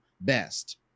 best